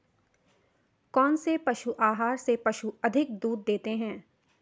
कौनसे पशु आहार से पशु अधिक दूध देते हैं?